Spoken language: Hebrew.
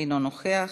אינו נוכח,